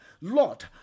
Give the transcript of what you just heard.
Lord